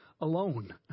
alone